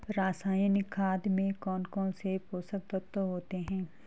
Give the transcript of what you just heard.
रासायनिक खाद में कौन कौन से पोषक तत्व होते हैं?